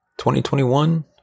2021